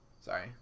Sorry